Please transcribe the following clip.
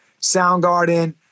Soundgarden